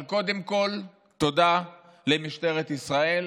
אבל קודם כול תודה למשטרת ישראל.